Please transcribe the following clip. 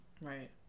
right